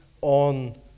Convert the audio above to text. on